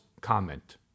comment